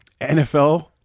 NFL